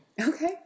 Okay